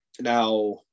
now